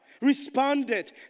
responded